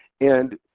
and,